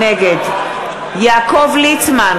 נגד יעקב ליצמן,